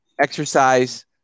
exercise